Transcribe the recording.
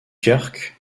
kirk